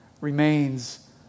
remains